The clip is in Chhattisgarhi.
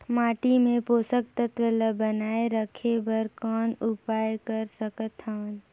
माटी मे पोषक तत्व ल बनाय राखे बर कौन उपाय कर सकथव?